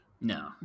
No